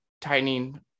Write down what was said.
tightening